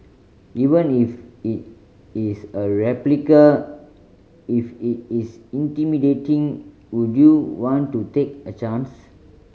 even if it is a replica if it is intimidating would you want to take a chance